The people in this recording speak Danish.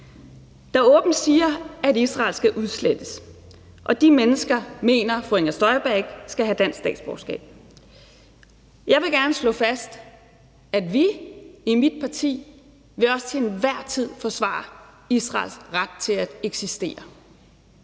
der åbent siger, at Israel skal udslettes, og de mennesker mener fru Inger Støjberg ikke skal have dansk statsborgerskab. Jeg vil gerne slå fast, at vi i mit parti også til hver en tid vil forsvare Israels ret til at eksistere.